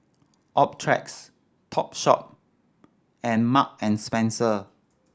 Optrex Topshop and Mark and Spencer